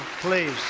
please